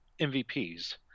MVPs